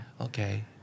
Okay